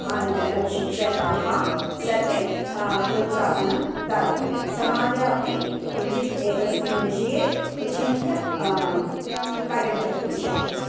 अनन्तरं शिक्षकाः सर्वे प्रोत्साहनं दातव्यं समाजे अपि किञ्चित् एतस्मिन् विषये विचिन्त्य कार्यं कर्तुं शक्यते